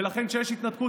ולכן כשיש התנתקות,